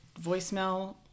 voicemail